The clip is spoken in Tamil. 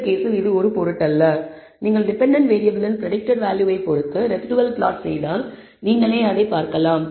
இந்த கேஸில் இது ஒரு பொருட்டல்ல நீங்கள் டிபென்டென்ட் வேறியபிளின் பிரடிக்டட் வேல்யூவை பொறுத்து ரெஸிடுவல் பிளாட் செய்தால் நீங்களே அதை பார்க்கலாம்